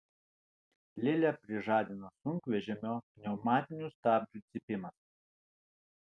lilę prižadino sunkvežimio pneumatinių stabdžių cypimas